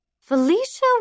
Felicia